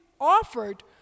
offered